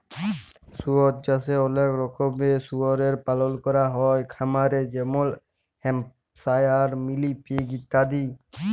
শুয়র চাষে অলেক রকমের শুয়রের পালল ক্যরা হ্যয় খামারে যেমল হ্যাম্পশায়ার, মিলি পিগ ইত্যাদি